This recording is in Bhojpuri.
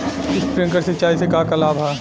स्प्रिंकलर सिंचाई से का का लाभ ह?